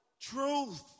Truth